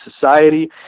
society